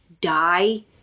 die